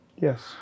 yes